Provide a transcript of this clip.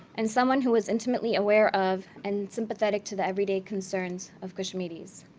and someone who was intimately aware of and sympathetic to the everyday concerns of kashmiris.